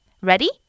Ready